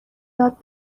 یاد